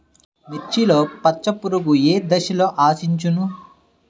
మిర్చిలో పచ్చ పురుగు ఏ దశలో ఆశించును?